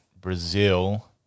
Brazil